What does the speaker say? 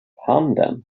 handen